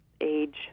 age